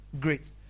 Great